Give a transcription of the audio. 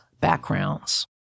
backgrounds